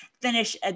finish